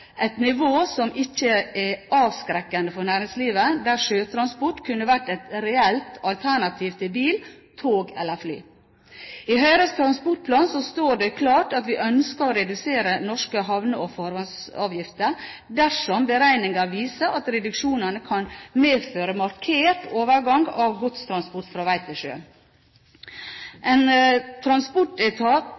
et nivå som ikke er avskrekkende for næringslivet, der sjøtransport kunne vært et reelt alternativ til bil, tog eller fly. I Høyres transportplan står det klart at vi ønsker å redusere norske havne- og farvannsavgifter dersom beregninger viser at reduksjonene kan medføre markert overgang av godstransport fra vei til sjø. En transportetat,